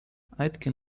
aitken